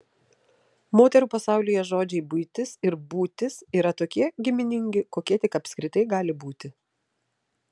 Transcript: moterų pasaulyje žodžiai buitis ir būtis yra tokie giminingi kokie tik apskritai gali būti